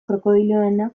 krokodiloena